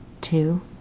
two